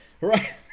Right